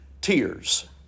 Tears